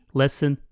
lesson